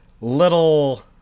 little